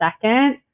second